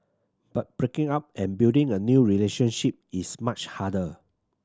but breaking up and building a new relationship is much harder